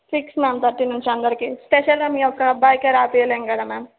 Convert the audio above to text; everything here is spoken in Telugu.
ఫిక్స్ మ్యామ్ థర్టీ నుంచి అందరికి స్పెషల్గా మీ ఒక అబ్బాయికి రాయిపించలేము కదా మ్యామ్